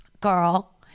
girl